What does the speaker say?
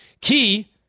Key